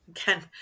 again